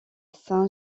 saint